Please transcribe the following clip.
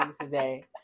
today